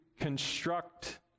construct